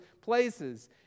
places